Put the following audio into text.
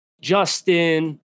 Justin